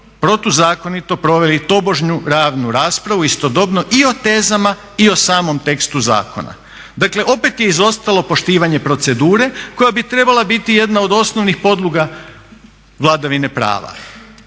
protuzakonito proveli tobožnju realnu raspravu istodobno i o tezama i o samom tekstu zakona. Dakle opet je izostalo poštivanje procedure koja bi trebala biti jedna od osnovnih podloga vladavine prava.